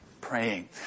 Praying